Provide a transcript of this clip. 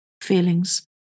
feelings